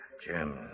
Jim